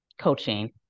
coaching